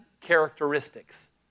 characteristics